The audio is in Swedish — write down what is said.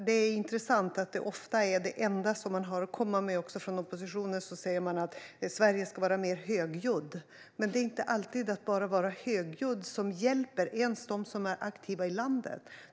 Det är intressant att det enda oppositionen ofta har att komma med är att Sverige ska vara mer högljutt. Men att bara vara högljudd är inte alltid det enda som hjälper, och inte ens dem som är aktiva i landet.